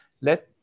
Let